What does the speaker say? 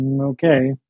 okay